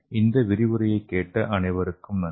இந்த விரிவுரையைக் கேட்ட அனைவருக்கும் நன்றி